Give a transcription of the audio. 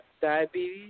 diabetes